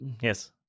Yes